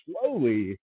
slowly